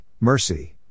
Mercy